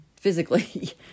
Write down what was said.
physically